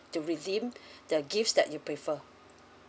to redeem the gifts that you prefer